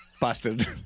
busted